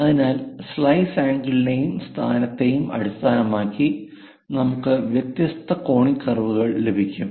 അതിനാൽ സ്ലൈസ് ആംഗിളിനെയും സ്ഥാനത്തെയും അടിസ്ഥാനമാക്കി നമുക്ക് വ്യത്യസ്ത കോണിക് കർവുകൾ ലഭിക്കും